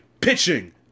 pitching